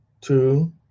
two